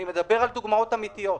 אני מדבר על דוגמאות אמיתיות.